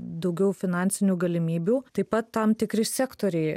daugiau finansinių galimybių taip pat tam tikri sektoriai